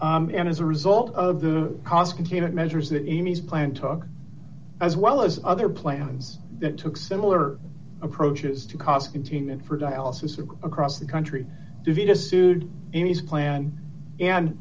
amy's and as a result of the cost containment measures that amy's plan talk as well as other plans that took similar approaches to cost containment for dialysis or across the country just sued in his plan and